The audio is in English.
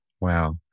wow